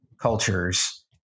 cultures